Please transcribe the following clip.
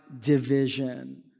division